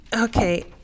Okay